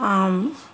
आम